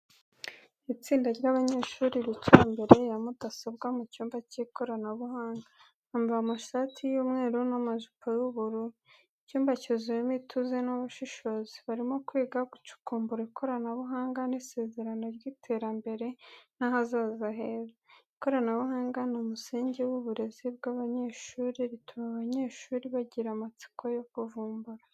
Itsinda ry’abanyeshuri bicaye imbere ya mudasobwa mu cyumba cy’ikoranabuhanga. Bambaye amashati y’umweru n’amajipo y'ubururu. Icyumba cyuzuyemo ituze n'ubushishozi, barimo kwiga, gucukumbura ikoranabuhanga n’isezerano ry’iterambere n'ahazaza heza. Ikoranabuhanga ni umusingi w'uburezi bw'abanyeshuri, rituma abanyeshuri bagira amatsiko yo kuvumbura.